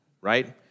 right